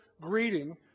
greeting